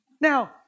Now